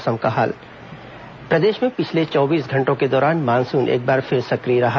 मौसम प्रदेश में पिछले चौबीस घंटों के दौरान मानसुन एक बार फिर सक्रिय रहा